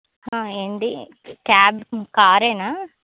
ఏండి cab car ఏనా